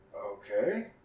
okay